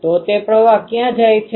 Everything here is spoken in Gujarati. તો તે પ્રવાહ ક્યાં જાય છે